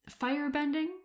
Firebending